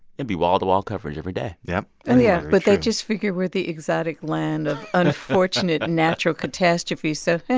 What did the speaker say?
and be wall-to-wall coverage every day yup oh, yeah. but they just figure we're the exotic land. of unfortunate natural catastrophes, so, yeah